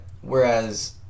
Whereas